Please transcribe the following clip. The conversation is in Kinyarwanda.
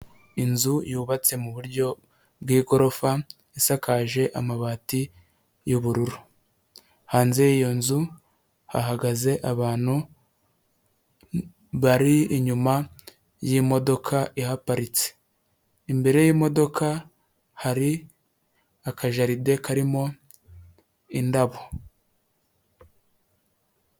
Inzu yubatse mu buryo bw'igorofa, isakaje amabati y'ubururu, hanze y'iyo nzu hahagaze abantu bari inyuma y'imodoka ihaparitse, imbere y'imodoka hari akajaride karimo indabo.